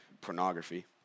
pornography